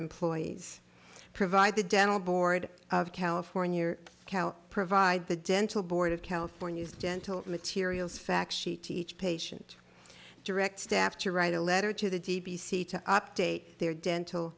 employees provide the dental board of california provide the dental board of california's dental materials fact sheet each patient directs staff to write a letter to the d b c to update their dental